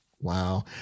Wow